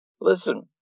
listen